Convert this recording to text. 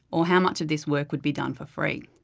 or how much of this work would be done for free.